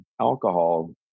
alcohol